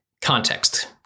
context